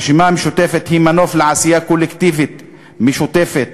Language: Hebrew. הרשימה המשותפת היא מנוף לעשייה קולקטיבית משותפת,